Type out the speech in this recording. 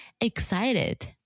excited